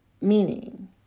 meaning